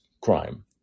crime